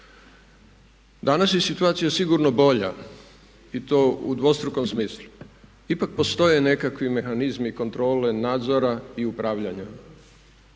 Danas je situacija sigurno bolja i to u dvostrukom smislu. Ipak postoje nekakvi mehanizmi kontrole nadzora i upravljanja.